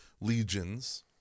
legions